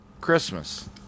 Christmas